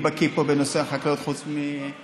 מי בקי פה בנושא החקלאות חוץ מברושי?